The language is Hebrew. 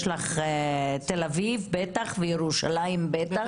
יש לך תל אביב בטח וירושלים בטח.